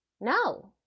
No